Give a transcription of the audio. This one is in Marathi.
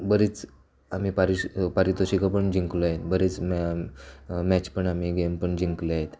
बरीच आम्ही पारिषो पारितोषिकं पण जिंकलोय बरीच न मॅच पण आम्ही गेम पण जिंकले आहेत